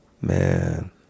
Man